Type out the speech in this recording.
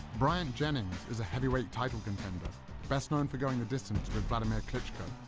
bryant jennings is a heavyweight title contender best known for going the distance with wladimir klitschko,